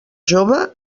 jove